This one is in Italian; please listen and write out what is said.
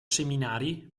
seminari